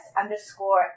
underscore